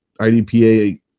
IDPA